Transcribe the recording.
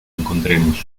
encontremos